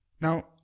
Now